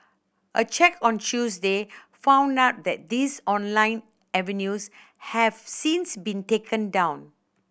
a check on Tuesday found that these online avenues have since been taken down